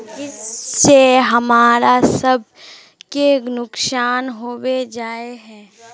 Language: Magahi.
जिस से हमरा सब के नुकसान होबे जाय है?